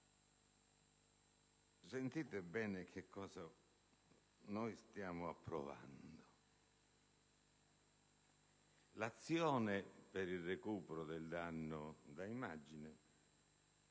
Sentite bene che cosa stiamo approvando: «L'azione per il recupero del danno da immagine